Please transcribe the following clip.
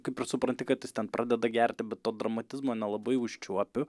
kaip ir supranti kad jis ten pradeda gerti bet to dramatizmo nelabai užčiuopiu